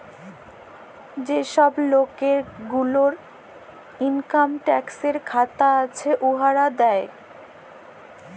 যে ছব লক গুলার ইলকাম ট্যাক্সের খাতা আছে, উয়ারা দেয়